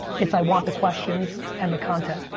it's i want the questions and the content.